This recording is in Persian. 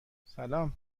سلام